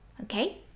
Okay